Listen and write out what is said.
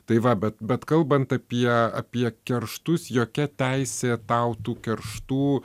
tai va bet bet kalbant apie apie kerštus jokia teisė tau tų karštų